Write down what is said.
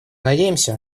надеемся